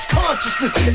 consciousness